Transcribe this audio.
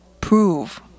prove